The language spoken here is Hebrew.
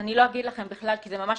שאני לא אגיד לכם בכלל כי זה ממש,